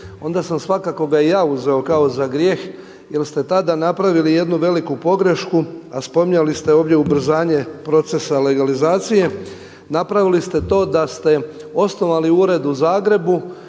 onda sam svakako ga i ja uzeo kao za grijeh jer ste tada napravili jednu veliku pogrešku, a spominjali ste ovdje ubrzanje procesa legalizacije. Napravili ste to da ste osnovali ured u Zagrebu